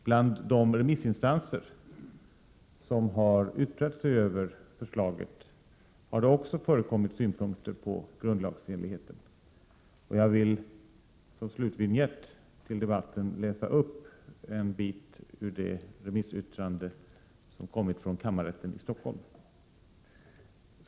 Bland de remissinstanser som har yttrat sig över förslaget har det också förekommit synpunkter på grundlagsenligheten. Som slutvinjett till denna debatt vill jag läsa upp ett stycke ur det remissyttrande som har kommit från kammarrätten i Stockholm.